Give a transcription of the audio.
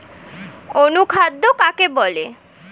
অনুখাদ্য কাকে বলে?